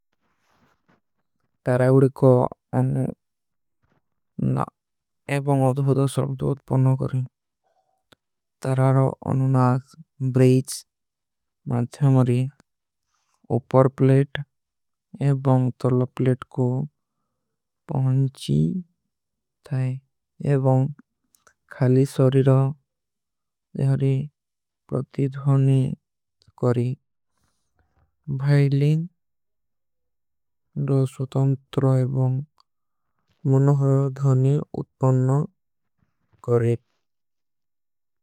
ତାରା ଉଡେ କୋ ଅନୁନା ଏବଂଗ ଅଧଵଧଵ ସ୍ଵାଗତ ପନା କରେଂ। ତାରାରା ଅନୁନା ବ୍ରେଜ ମାଥ୍ଯମରୀ ଓପର ପ୍ଲେଟ ଏବଂଗ ତରଲା ପ୍ଲେଟ କୋ ପହଣଚୀ ଥାଈ। ଏବଂଗ ଖାଲୀ ସରୀର ଜହରୀ ପ୍ରତିଦ୍ଧଵନୀ କରେଂ। ଭୈଲିଂଗ ଦୋ ସୁତଂତ୍ର ଏବଂଗ ମୁନହଯ ଧନୀ ଉତ୍ପନନ କରେଂ।